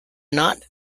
not